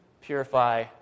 Purify